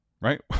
right